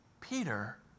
Peter